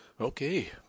Okay